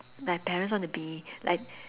like parents wanna be like